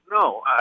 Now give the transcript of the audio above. no